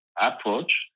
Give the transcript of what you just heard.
approach